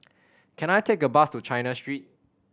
can I take a bus to China Street